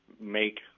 Make